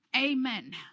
Amen